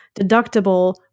deductible